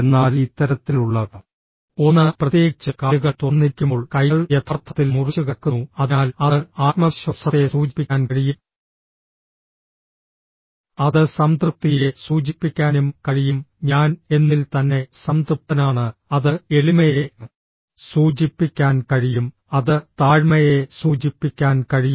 എന്നാൽ ഇത്തരത്തിലുള്ള ഒന്ന് പ്രത്യേകിച്ച് കാലുകൾ തുറന്നിരിക്കുമ്പോൾ കൈകൾ യഥാർത്ഥത്തിൽ മുറിച്ചുകടക്കുന്നു അതിനാൽ അത് ആത്മവിശ്വാസത്തെ സൂചിപ്പിക്കാൻ കഴിയും അത് സംതൃപ്തിയെ സൂചിപ്പിക്കാനും കഴിയും ഞാൻ എന്നിൽ തന്നെ സംതൃപ്തനാണ് അത് എളിമയെ സൂചിപ്പിക്കാൻ കഴിയും അത് താഴ്മയെ സൂചിപ്പിക്കാൻ കഴിയും